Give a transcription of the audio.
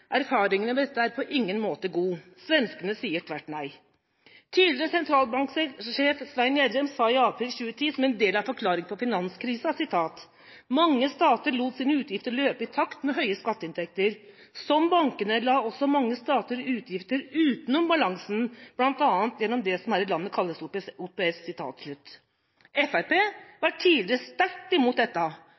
erfaringene med dette er på ingen måte gode. Svenskene sier tvert nei. Tidligere sentralbanksjef Svein Gjedrem sa i 2010, som en del av forklaringa på finanskrisa: «Mange stater lot sine utgifter løpe i takt med høyere skatteinntekter. Som bankene, la også mange stater utgifter utenom balansen, blant annet gjennom det som her i landet kalles offentlig privat samarbeid.» Fremskrittspartiet var tidligere sterkt imot dette.